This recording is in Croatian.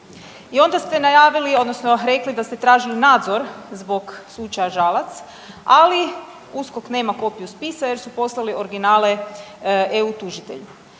i onda ste najavili odnosno rekli da ste tražili nadzor zbog slučaja Žalac, ali USKOK nema kopiju spisa jer su poslali originale eu tužitelju.